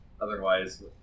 otherwise